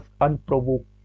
unprovoked